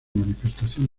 manifestación